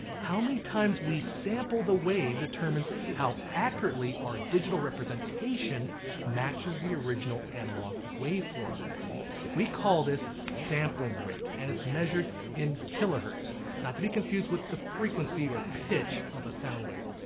how many times we sample the wave determines how accurately our digital representation matches the original analog waveform. we call this sampling rate and it's measured in kilohertz not to be confused with the frequency or pitch of a sound wave.